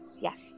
yes